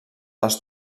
els